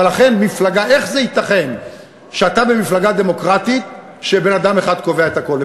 אבל איך זה ייתכן שאתה במפלגה דמוקרטית שבה בן-אדם אחד קובע את הכול?